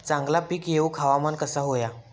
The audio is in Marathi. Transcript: चांगला पीक येऊक हवामान कसा होया?